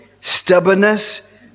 stubbornness